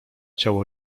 ciało